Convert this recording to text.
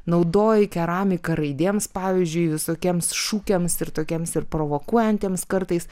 naudoji keramiką raidėms pavyzdžiui visokiems šūkiams ir tokiems ir provokuojantiems kartais